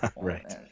Right